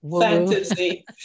fantasy